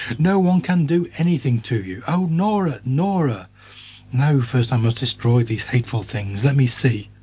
no one can do anything to you. oh, nora, nora no, first i must destroy these hateful things. let me see.